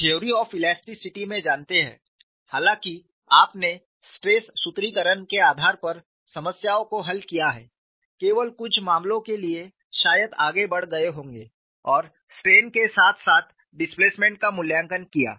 आप theory of elasticity में जानते हैं हालांकि आपने स्ट्रेस सूत्रीकरण के आधार पर समस्याओं को हल किया है केवल कुछ मामलों के लिए शायद आगे बढ़ गए होंगे और स्ट्रेन के साथ साथ डिस्प्लेसमेंट का मूल्यांकन किया